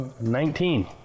Nineteen